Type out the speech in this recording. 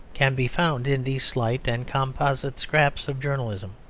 can be found in these slight and composite scraps of journalism.